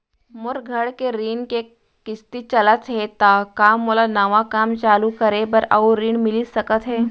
मोर घर के ऋण के किसती चलत हे ता का मोला नवा काम चालू करे बर अऊ ऋण मिलिस सकत हे?